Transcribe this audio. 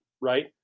right